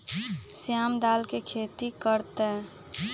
श्याम दाल के खेती कर तय